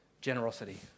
generosity